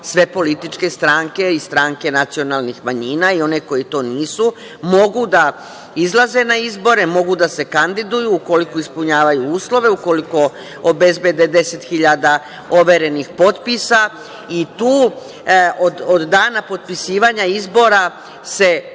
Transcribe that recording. sve političke stranke i stranke nacionalnih manjina i one koje to nisu mogu da izlaze na izbore, mogu da se kandiduju, ukoliko ispunjavaju uslove, ukoliko obezbede 10.000 overenih potpisa i tu od dana potpisivanja izbora se